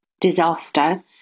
disaster